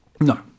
No